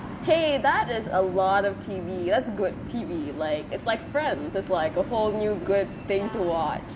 !hey! that is a lot of T_V that's good T_V like it's like friends that's like a whole new good thing to watch